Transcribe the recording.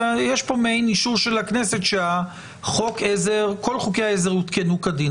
שיש פה מעין אישור של הכנסת שכל חוקי העזר הותקנו כדין.